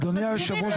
אדוני היושב ראש,